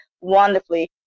wonderfully